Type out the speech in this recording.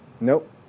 Nope